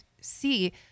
see